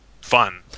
fun